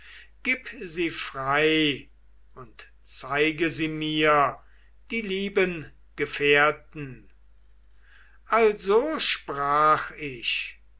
gib sie frei und zeige sie mir die lieben gefährten also sprach ich